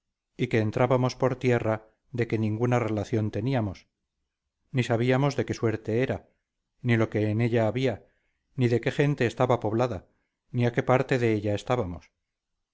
y que entrábamos por tierra de que ninguna relación teníamos ni sabíamos de qué suerte era ni lo que en ella había ni de qué gente estaba poblada ni a qué parte de ella estábamos